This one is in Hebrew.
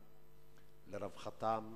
ברווחתם,